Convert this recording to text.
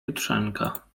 jutrzenka